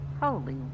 Holy